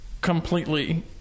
completely